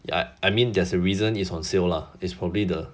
ya I mean there's a reason is on sale lah is probably the